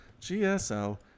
GSL